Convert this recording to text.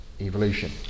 evolution